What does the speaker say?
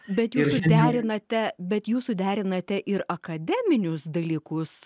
bet jūs suderinate bet jūs suderinate ir akademinius dalykus